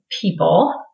people